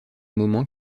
moment